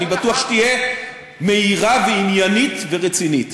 שאני בטוח שתהיה מהירה ועניינית ורצינית.